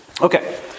Okay